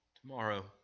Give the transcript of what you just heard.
Tomorrow